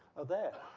are there.